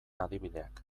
adibideak